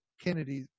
Kennedy